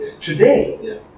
today